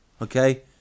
okay